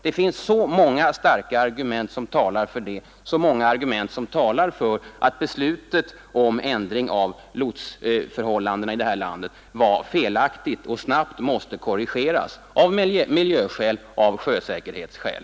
Det finns så många starka argument som talar för att beslutet om ändring av lotsförhållandena här i landet var felaktigt och snabbt måste korrigeras, av miljöskäl och av sjösäkerhetsskäl.